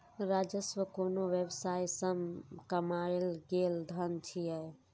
राजस्व कोनो व्यवसाय सं कमायल गेल धन छियै